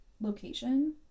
location